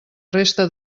resta